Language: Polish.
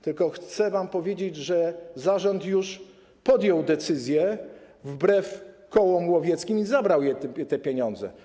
Tylko chcę wam powiedzieć, że zarząd już podjął decyzję wbrew kołom łowieckim i zabrał te pieniądze.